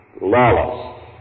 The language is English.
lawless